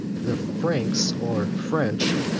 the franks, or french,